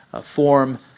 form